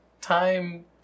time